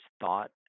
thought